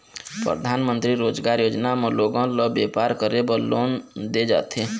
परधानमंतरी रोजगार योजना म लोगन ल बेपार करे बर लोन दे जाथे